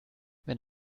wenn